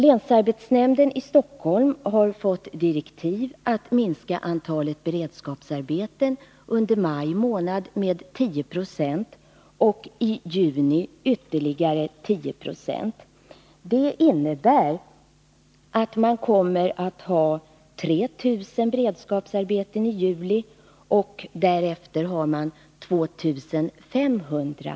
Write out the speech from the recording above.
Länsarbetsnämnden i Stockholm har fått direktiv om att minska antalet 167 beredskapsarbeten under maj månad med 10 96 och under juni med ytterligare 10 96. Det innebär att man kommer att ha 3 000 beredskapsarbeten i juli, och därefter 2 500.